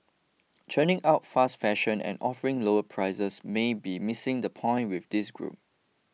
churning out fast fashion and offering lower prices may be missing the point with this group